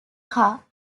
car